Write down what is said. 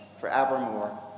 forevermore